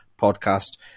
podcast